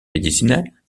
médicinales